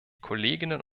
kolleginnen